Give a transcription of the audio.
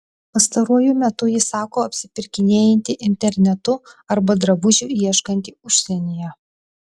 pastaruoju metu ji sako apsipirkinėjanti internetu arba drabužių ieškanti užsienyje